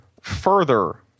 further